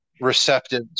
receptive